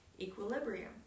equilibrium